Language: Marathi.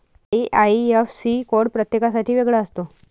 आई.आई.एफ.सी कोड प्रत्येकासाठी वेगळा असतो